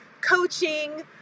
coaching